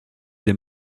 des